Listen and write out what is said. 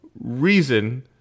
reason